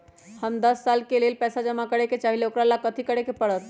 हम दस साल के लेल पैसा जमा करे के चाहईले, ओकरा ला कथि करे के परत?